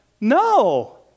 no